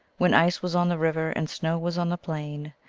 when ice was on the river and snow was on the plain,